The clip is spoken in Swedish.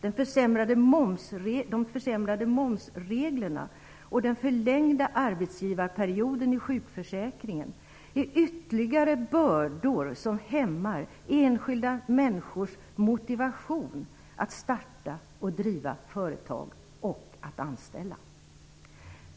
De försämrade momsreglerna och den förlängda arbetsgivarperioden i sjukförsäkringen är ytterligare bördor som hämmar enskilda människors motivation att starta och driva företag och att anställa.